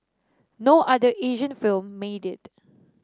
no other Asian film made it